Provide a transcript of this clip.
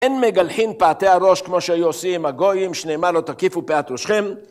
אין מגלחין פעתי הראש כמו שהיו עושים הגויים שנאמר תקיפו פעת ראשכם